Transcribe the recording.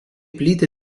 plyti